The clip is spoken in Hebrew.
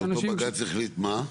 שאנשים --- אותו בג"ץ החליט מה?